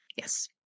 Yes